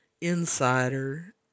Insider